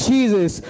Jesus